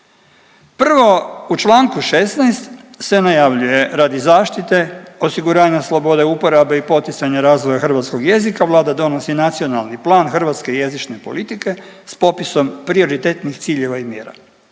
Prvo, u čl. 16. se najavljuje radi zaštite osiguranja slobode uporabe i poticanja razvoja hrvatskog jezika Vlada donosi Nacionalni plan hrvatske jezične politike s popisom prioritetnih ciljeva i mjera,